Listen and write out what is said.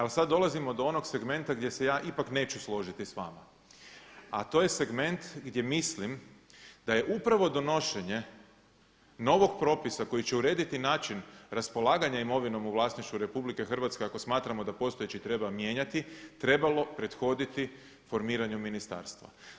Ali sada dolazimo do onog segmenta gdje se ja ipak neću složiti s vama a to je segment gdje mislim da je upravo donošenje novog propisa koji će urediti način raspolaganja imovinom u vlasništvu RH ako smatramo da postojeći treba mijenjati trebalo prethoditi formiranju Ministarstva.